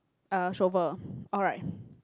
uh shovel alright